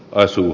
asun